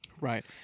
Right